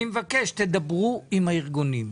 אני מבקש שתדברו עם הארגונים,